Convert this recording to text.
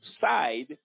side